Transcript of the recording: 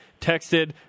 texted